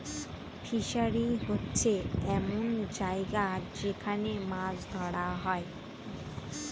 fishery হচ্ছে এমন জায়গা যেখান মাছ ধরা হয়